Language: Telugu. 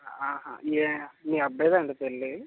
ఆహా మీ మీ అబ్బాయిదండి పెళ్ళి